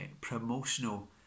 promotional